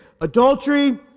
Adultery